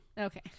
Okay